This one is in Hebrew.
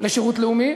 לשירות לאומי,